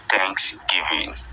Thanksgiving